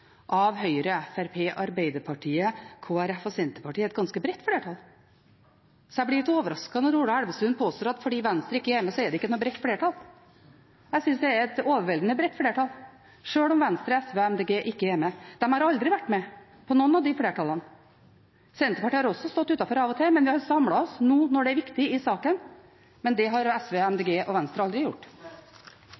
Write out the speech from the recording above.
saken, Høyre, Fremskrittspartiet, Arbeiderpartiet, Kristelig Folkeparti og Senterpartiet, et ganske bredt flertall. Så jeg blir litt overrasket når Ola Elvestuen påstår at fordi Venstre ikke er med, er det ikke noe bredt flertall. Jeg synes det er et overveldende bredt flertall, selv om Venstre, SV og MDG ikke er med. De har aldri vært med på noen av disse flertallene. Senterpartiet har også stått utenfor av og til, men vi har samlet oss nå når det er viktig i saken, men det har SV,